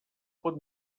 pot